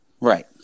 Right